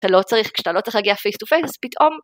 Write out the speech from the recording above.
אתה לא צריך, כשאתה לא צריך להגיע פייס טו פייס, פתאום...